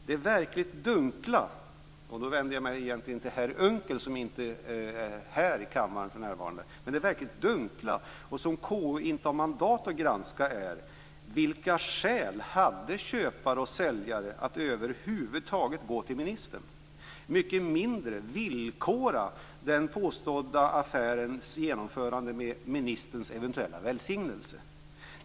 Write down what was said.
Det verkligt dunkla - då vänder jag mig egentligen till herr Unckel, som inte finns här i kammaren för närvarande - och det som KU inte har mandat att granska är följande: Vilka skäl hade köpare och säljare att över huvud taget gå till ministern och än mindre att villkora den påstådda affärens genomförande med ministerns eventuella välsignelse?